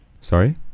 sorry